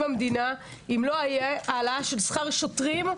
המדינה אם לא יהיה העלאה של שכר שוטרים,